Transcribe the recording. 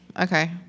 Okay